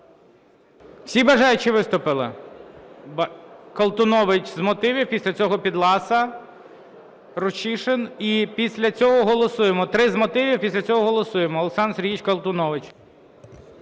Всі бажаючі виступили? Колтунович – з мотивів, після цього Підласа, Рущишин, і після цього голосуємо. Три – з мотивів, після цього голосуємо. Олександр Сергійович Колтунович.